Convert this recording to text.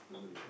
mm